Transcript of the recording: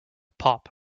pop